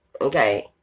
Okay